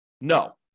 No